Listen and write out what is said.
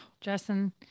Justin